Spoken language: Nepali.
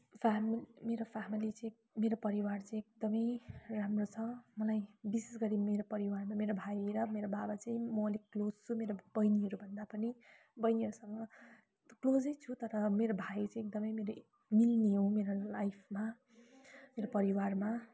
फेम मेरो फ्यामिली चाहिँ मेरो परिवार चाहिँ एकदमै राम्रो छ मलाई विशेष गरी मेरो परिवारमा मेरो भाइ र मेरो बाबा चाहिँ म अलिक क्लोज छु मेरो बैनीहरूभन्दा पनि बैनीहरूसँग क्लोजै छु तर मेरो भाइ चाहिँ एकदमै मेरो मिल्ने हो मेरो लाइफमा मेरो परिवारमा